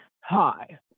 hi